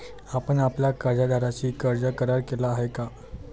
आपण आपल्या कर्जदाराशी कर्ज करार केला आहे का?